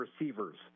receivers